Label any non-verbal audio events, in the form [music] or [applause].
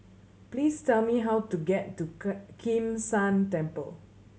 please tell me how to get to [unintelligible] Kim San Temple